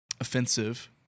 offensive